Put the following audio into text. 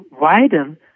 widen